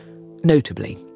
Notably